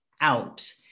out